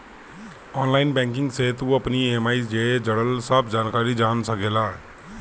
online banking से तू अपनी इ.एम.आई जे जुड़ल सब जानकारी जान सकेला